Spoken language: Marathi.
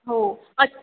हो अच